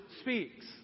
speaks